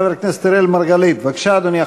חבר הכנסת אראל מרגלית, בבקשה, אדוני.